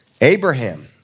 Abraham